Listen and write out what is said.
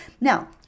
Now